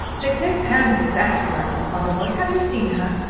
they say pam's exactly like what mother was. have you seen her?